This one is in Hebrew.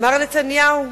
מר נתניהו,